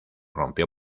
rompió